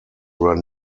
were